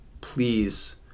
please